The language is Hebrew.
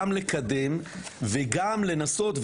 גם לקדם וגם לנסות.